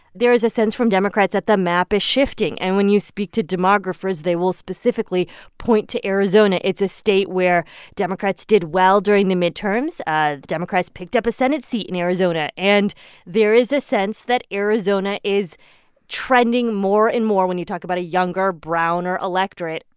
there is a sense from democrats that the map is shifting. and when you speak to demographers, they will specifically point to arizona. it's a state where democrats did well during the midterms. ah democrats picked up a senate seat in arizona. and there is a sense that arizona is trending more and more when you talk about a younger, browner electorate,